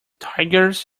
tigers